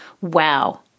wow